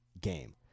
game